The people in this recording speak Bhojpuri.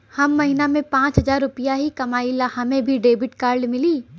हम महीना में पाँच हजार रुपया ही कमाई ला हमे भी डेबिट कार्ड मिली?